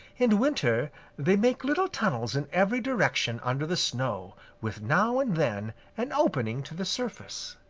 in winter they make little tunnels in every direction under the snow, with now and then an opening to the surface.